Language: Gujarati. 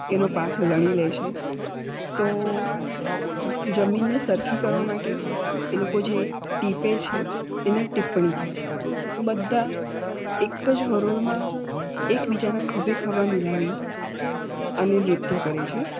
એનો પાક લણી લે છે તો જમીનને સરખી કરવા માટે એ લોકો જે ટીપે છે એને ટીપ્પણી કહે છે તો બધાં જ એક જ હરોળમાં એકબીજાના ખભેખભા મિલાવી અને નૃત્ય કરે છે